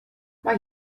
mae